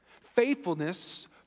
Faithfulness